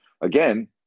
again